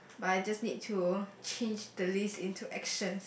but I just need to change the list into actions